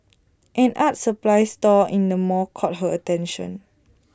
an art supplies store in the mall caught her attention